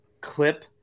clip